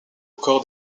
cor